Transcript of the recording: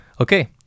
Okay